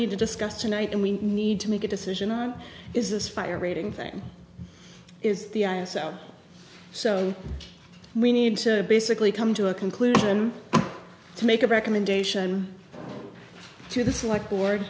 need to discuss tonight and we need to make a decision on is this fire rating thing is the audience out so we need to basically come to a conclusion to make a recommendation to the select board